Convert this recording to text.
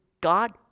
God